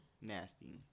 Nasty